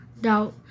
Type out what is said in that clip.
doubt